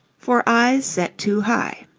for eyes set too high.